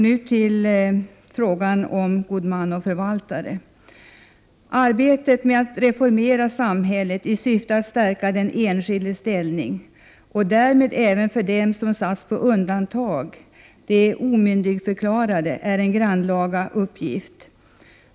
Nu till frågan om god man och förvaltare. Att reformera samhället i syfte att stärka den enskildes ställning även för dem som satts på undantag — de omyndigförklarade — är en grannlaga uppgift.